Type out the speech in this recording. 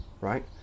right